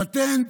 פטנט,